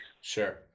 Sure